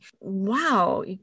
Wow